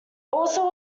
also